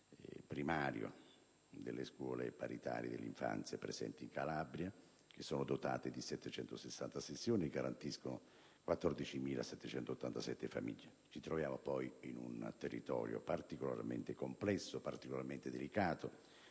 primario delle scuole paritarie dell'infanzia presenti in Calabria, che sono dotate di 760 sezioni e garantiscono 14.787 famiglie, peraltro in un territorio particolarmente complesso e delicato,